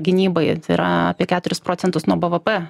gynybai tai yra apie keturis procentus nuo bvp